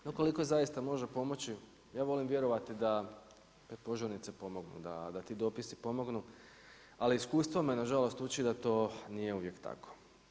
No ukoliko zaista može pomoći, ja volim vjerovati, da požurnice pomognu, da ti dopisi pomognu, ali iskustvo me nažalost uči da to nije uvijek tako.